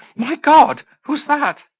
my god! who's that?